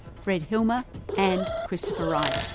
fred hilmer and christopher wright.